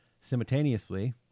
simultaneously